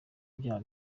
ibyaha